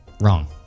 Wrong